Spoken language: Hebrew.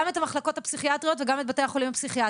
את המחלקות הפסיכיאטריות וגם את בתי החולים הפסיכיאטריים.